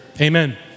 Amen